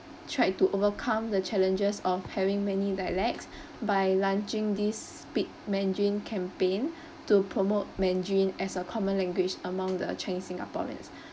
tried to overcome the challenges of having many dialects by launching this speak mandarin campaign to promote mandarin as a common language among the chinese singaporeans